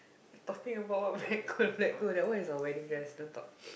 talking about what black gold black gold that one is our wedding dress don't talk